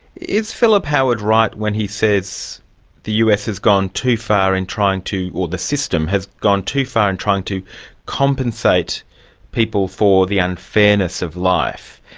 is philip howard right when he says the us has gone too far in trying to or the system has gone too far in trying to compensate people for the unfairness of life,